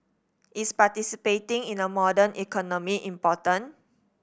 is participating in a modern economy important